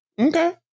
okay